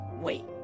Wait